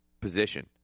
position